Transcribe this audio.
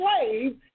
slave